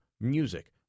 music